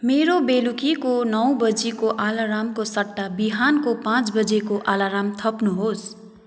मेरो बेलुकीको नौ बजेको अलार्मको सट्टा बिहानको पाँच बजेको अलार्म थप्नुहोस्